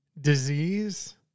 disease